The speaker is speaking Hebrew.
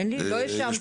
אני יודעת, לא האשמתי.